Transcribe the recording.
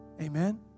Amen